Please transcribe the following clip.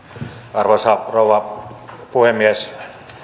arvoisa rouva puhemies